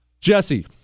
Jesse